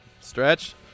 Stretch